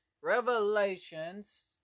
revelations